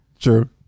True